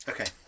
Okay